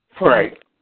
Right